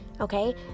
Okay